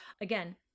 again